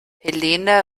helena